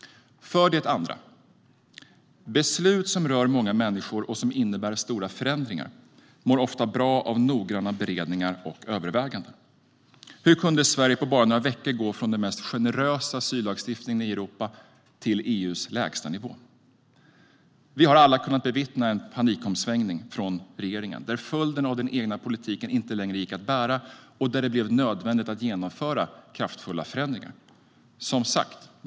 Det andra man kan lära sig är att beslut som rör många människor och innebär stora förändringar ofta mår bra av noggranna beredningar och överväganden. Hur kunde Sverige på bara några veckor gå från den mest generösa asyllagstiftningen i Europa till EU:s lägstanivå? Vi har alla kunnat bevittna en panikomsvängning från regeringen, där följderna av den egna politiken inte längre gick att bära och där det blev nödvändigt att genomföra kraftfulla förändringar.